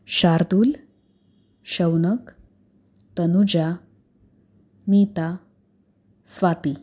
Shardul Shaunak Tanuja Nita Swati